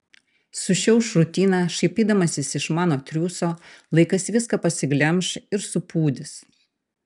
sušiauš rutiną šaipydamasis iš mano triūso laikas viską pasiglemš ir supūdys